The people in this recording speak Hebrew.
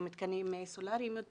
מתקנים סולריים.